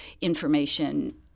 information